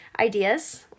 ideas